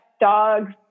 dogs